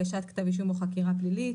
הגשת כתב אישום או חקירה פלילית,